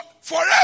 forever